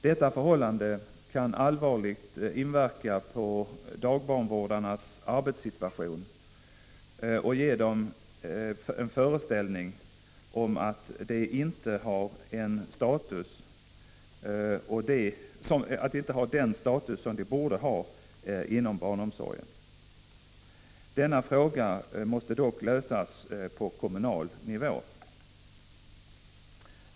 Detta förhållande kan allvarligt inverka på dagbarnvårdarnas arbetssituation och ge dem en föreställning om att de inte har den status de borde ha inom barnomsorgen. Denna fråga måste dock lösas på kommunal nivå.